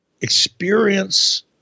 experience